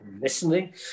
listening